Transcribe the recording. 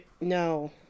no